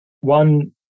one